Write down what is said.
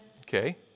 okay